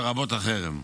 לרבות חרם.